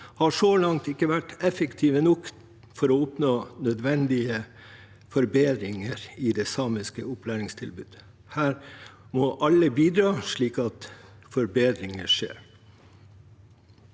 har så langt ikke vært effektive nok for å oppnå nødvendige forbedringer i det samiske opplæringstilbudet. Her må alle bidra, slik at forbedringer skjer.